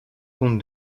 compte